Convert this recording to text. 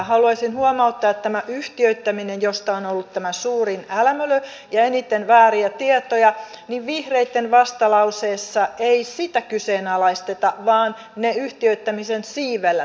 haluaisin huomauttaa tästä yhtiöittämisestä josta on ollut tämä suurin älämölö ja eniten vääriä tietoja että vihreitten vastalauseessa ei kyseenalaisteta sitä vaan ne yhtiöittämisen siivellä tehtävät asiat